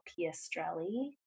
Piastrelli